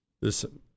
Listen